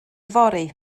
fory